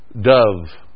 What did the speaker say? dove